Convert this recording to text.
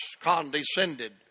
condescended